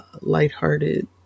Lighthearted